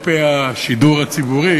אני 16 שנה, והפילה חוקים או הצעות של הקואליציה,